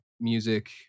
music